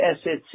assets